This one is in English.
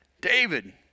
David